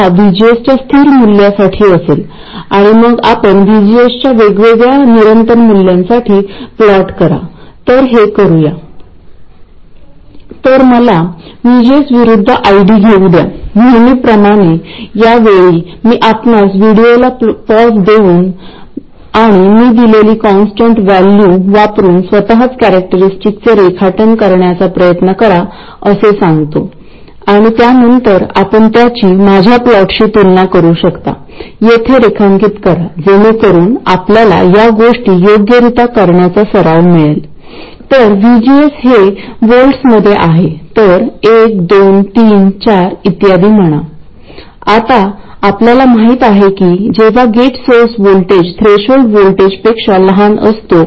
त्यामुळेजर ID खूप लहान असेल तर हे व्होल्टेज वाढेल कारण 200 μA हा IDपेक्षा अधिक आहे आणि या दोघांमधील फरक या नोड च्या पॅरासिटिक कॅपॅसिटन्स मध्ये फ्लो होईल त्याचे व्होल्टेज वाढल्यामुळे गेट व्होल्टेज वाढते तर अशाप्रकारे ID वाढतो